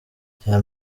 icya